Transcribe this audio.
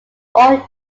all